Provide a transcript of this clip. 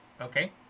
Okay